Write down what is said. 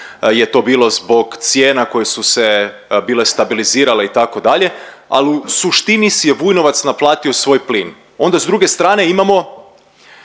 je to bilo zbog cijena koje su se bile stabilizirale itd., al u suštini si je Vujovac naplatio svoj plin, onda s druge strane imamo